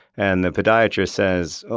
and the podiatrist says,